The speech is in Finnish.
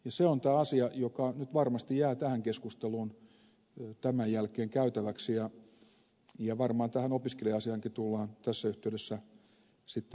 se on tämä asia joka nyt varmasti jää tähän keskusteluun tämän jälkeen käytäväksi ja varmaan tähän opiskelija asiaankin tullaan tässä yhteydessä palaamaan